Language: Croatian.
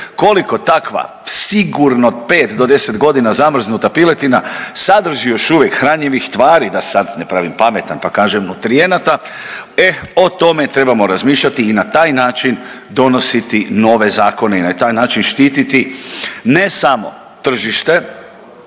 Koliko takva sigurno pet do 10 godina zamrznuta piletina sadrži još uvijek hranjivih tvari da sad ne pravim pametan pa kažem nutrijenata, e o tome trebamo razmišljati na taj način donositi nove zakone i na taj način štititi ne samo tržište